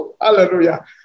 Hallelujah